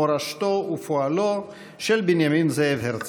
מורשתו ופועלו של בנימין זאב הרצל.